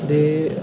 ते